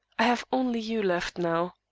i have only you left now.